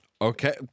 Okay